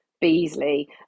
Beasley